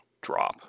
drop